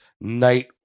night